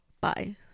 Bye